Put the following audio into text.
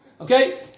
Okay